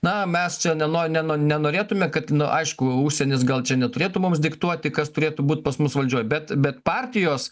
na mes čia neno neno nenorėtume nu aišku užsienis gal čia neturėtų mums diktuoti kas turėtų būti pas mus valdžioj bet bet partijos